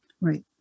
right